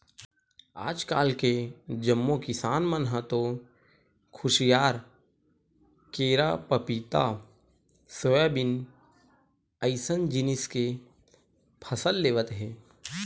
आजकाल के जम्मो किसान मन ह तो खुसियार, केरा, पपिता, सोयाबीन अइसन जिनिस के फसल लेवत हे